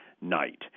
night